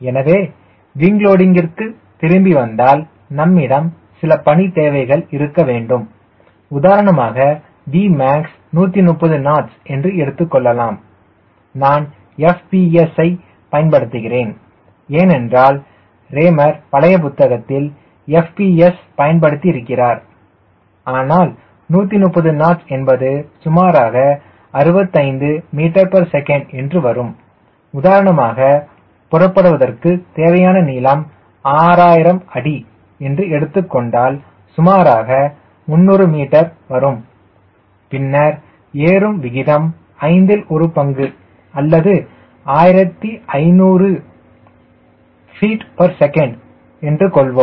எனவே விங் லோடிங்கிற்கு திரும்பி வந்தால் நம்மிடம் சில பணி தேவைகள் இருக்க வேண்டும் உதாரணமாக Vmax 130 knots என்று எடுத்துக்கொள்ளலாம் நான் FPS யை பயன்படுத்துகிறேன் ஏனென்றால் ரேமர் பழைய புத்தகத்தில் FPS பயன்படுத்திருக்கிறார் ஆனால் 130 knots என்பது சுமாராக 65 ms என்று வரும் உதாரணமாக புறப்படுவதற்கு தேவையான நீளம் 6000 அடி என்று எடுத்துக் கொண்டால் சுமாராக 300 மீட்டர் வரும் பின்னர் ஏறும் விகிதம் ஐந்தில் ஒரு பங்கு அல்லது 1500 fts கொள்வோம்